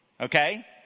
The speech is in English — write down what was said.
Okay